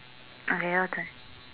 okay your turn